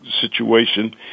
situation